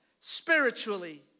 spiritually